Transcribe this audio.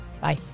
Bye